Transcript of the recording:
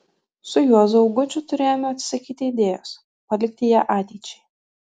su juozu augučiu turėjome atsisakyti idėjos palikti ją ateičiai